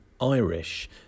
Irish